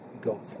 go